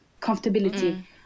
comfortability